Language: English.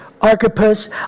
Archippus